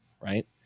right